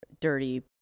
dirty